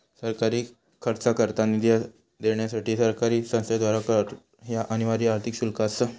सरकारी खर्चाकरता निधी देण्यासाठी सरकारी संस्थेद्वारा कर ह्या अनिवार्य आर्थिक शुल्क असा